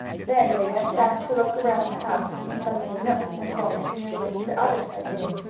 then they went back to look around the house, in some of the nooks and corners near which the others had hidden.